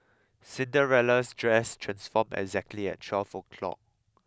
Cinderella's dress transformed exactly at twelve o'clock